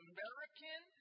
American